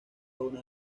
una